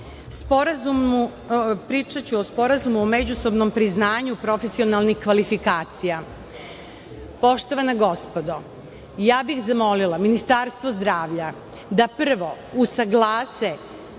radnik, pričaću o Sporazumu o međusobnom priznanju profesionalnih kvalifikacija. Poštovana gospodo, ja bih zamolila Ministarstvo zdravlja da prvo usaglase